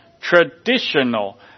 traditional